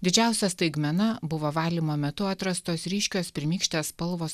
didžiausia staigmena buvo valymo metu atrastos ryškios pirmykštės spalvos